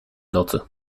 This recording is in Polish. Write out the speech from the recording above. nocy